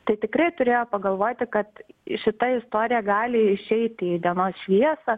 tai tikrai turėjo pagalvoti kad šita istorija gali išeiti į dienos šviesą